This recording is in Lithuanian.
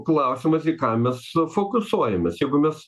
klausimas į ką mes fokusuojamės jeigu mes